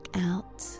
out